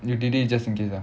you did it just in case ah